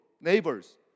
neighbors